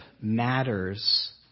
matters